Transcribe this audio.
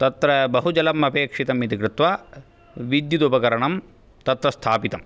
तत्र बहुजलम् अपेक्षितम् इति कृत्वा विद्युदुपकरणं तत्र स्थापितम्